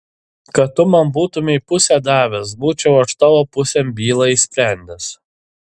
kad tu man būtumei pusę davęs būčiau aš tavo pusėn bylą išsprendęs